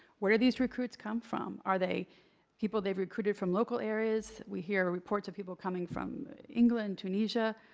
where do these recruits come from? are they people they've recruited from local areas? we hear reports of people coming from england, tunisia.